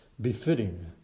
befitting